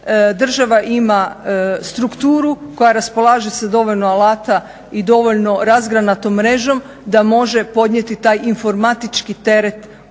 Država ima strukturu koja raspolaže sa dovoljno alata i dovoljno razgranatom mrežom da može podnijeti taj informatički teret dijela